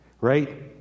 right